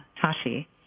Tashi